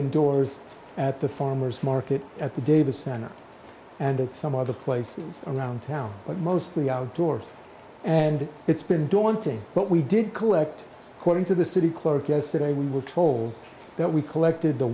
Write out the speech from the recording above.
indoors at the farmer's market at the davis center and that some other places around town but mostly outdoors and it's been daunting but we did collect according to the city clerk yesterday we were told that we collected the